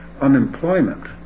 unemployment